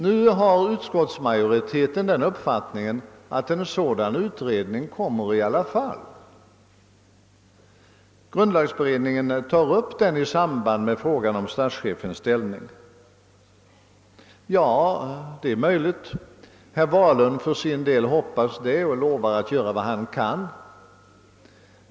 Nu har utskottsmajoriteten den uppfattningen, att en sådan utredning kommer i alla fall. Grundlagberedningen tar upp den i samband med frågan om statschefens ställning. Ja, det är möjligt. Herr Wahlund för sin del hoppas detta och lovar att göra vad han kan.